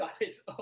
guys